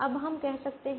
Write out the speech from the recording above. अब हम यह कर सकते हैं